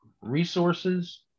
resources